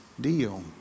deal